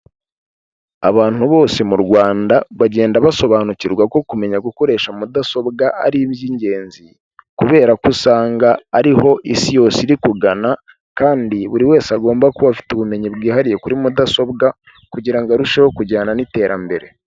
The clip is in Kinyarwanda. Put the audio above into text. Abantu bose mu Rwanda bagenda basobanukirwa ko kumenya gukoresha mudasobwa ari iby'ingenzi, kubera ko usanga ari ho isi yose iri kugana kandi buri wese agomba kuba afite ubumenyi bwihariye kuri mudasobwa, kugira ngo arusheho kujyana n'iterambere.